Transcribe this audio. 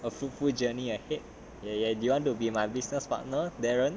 a fruitful journey ahead ya do you want to be my business partner darren